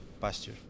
pasture